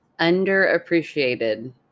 underappreciated